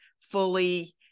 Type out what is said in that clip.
fully